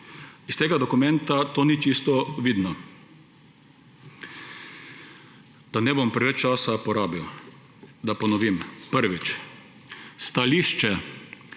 Iz tega dokumenta to ni čisto vidno. Da ne bom preveč časa porabil, da ponovim. Prvič, stališče,